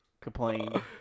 complain